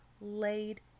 laid